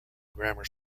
grammar